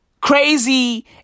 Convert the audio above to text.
Crazy